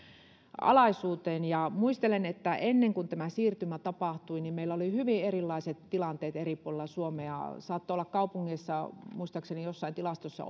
alaisuuteen ja muistelen että ennen kuin tämä siirtymä tapahtui meillä oli hyvin erilaiset tilanteet eri puolilla suomea saattoi olla kaupungeissa hyvin erilaisia tilanteita eri puolilla suomea muistaakseni jossain tilastossa